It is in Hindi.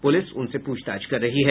पुलिस उनसे पूछताछ कर रही है